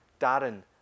Darren